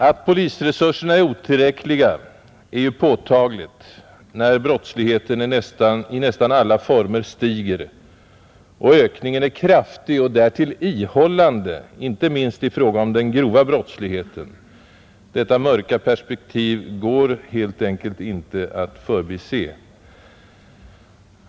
Att polisresurserna är otillräckliga är ju påtagligt när brottsligheten i nästan alla former stiger och ökningen är kraftig och därtill ihållande inte minst i fråga om den grova brottsligheten. Detta mörka perspektiv går helt enkelt inte att förbise.